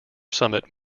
summit